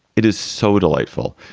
it is so delightful.